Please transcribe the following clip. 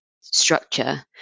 structure